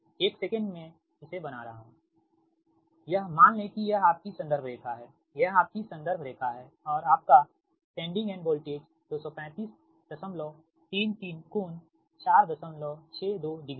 एक सेकंड मैं इसे बना रहा हूँ यह मान लें कि यह आपकी संदर्भ रेखा है यह आपकी संदर्भ रेखा है और आपका सेंडिंग एंड वोल्टेज 23533 कोण 462 डिग्री है